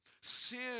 Sin